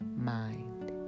mind